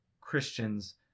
Christians